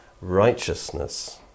righteousness